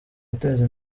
guteza